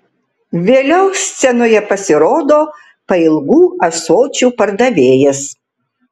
vėliau scenoje pasirodo pailgų ąsočių pardavėjas